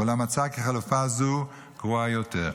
אולם מצאה כי חלופה זו גרועה יותר.